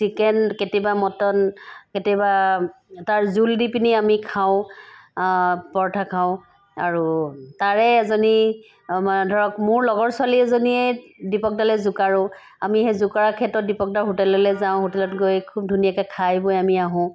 chicken কেতিয়াবা mutton কেতিয়াবা তাৰ জোল দি পিনি আমি খাওঁ পৰথা খাওঁ আৰু তাৰে এজনী আমাৰ ধৰক মোৰ লগৰ ছোৱালী এজনী দিপক দালে জোকাৰোঁ আমি সেই জোকৰাৰ ক্ষেত্ৰত দিপক দাৰ হোটেললৈ যাওঁ হোটেলত গৈ খুব ধুনীয়াকৈ খাই বৈ আমি আহোঁ